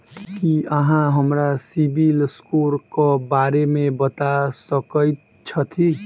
की अहाँ हमरा सिबिल स्कोर क बारे मे बता सकइत छथि?